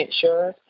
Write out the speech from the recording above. sure